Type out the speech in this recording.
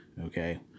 Okay